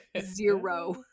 zero